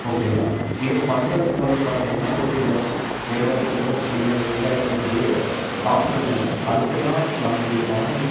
ஓகேங்களா இதைப் பண்ணுறத்துக்கு வந்து பார்த்தீங்கன்னா ஒரு சில வியாபாரிகளோ இல்லை விவசாயிகளுக்கிட்டயோ காசு இல்லைன்னா அதுக்கு தான் நம்மளுடைய மானியம்